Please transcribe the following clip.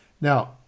Now